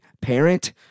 parent